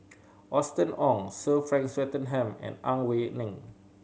Austen Ong Sir Frank Swettenham and Ang Wei Neng